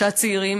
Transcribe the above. כשהצעירים